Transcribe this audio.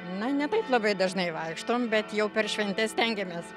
na ne taip labai dažnai vaikštom bet jau per šventes stengiamės